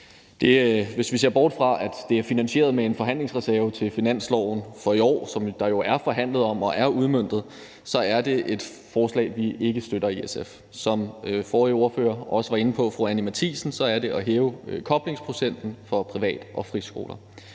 Hvis vi ser bort fra, at det er finansieret med en forhandlingsreserve til finansloven for i år, som der jo er forhandlet om, og som er udmøntet, er det et forslag, vi ikke støtter i SF. Som den forrige ordfører, fru Anni Matthiesen, også var inde på, er det at hæve koblingsprocenten for privat- og friskoler.